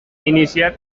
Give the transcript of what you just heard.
inicia